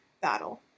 battle